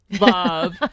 love